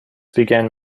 began